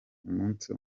umunsi